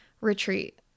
retreat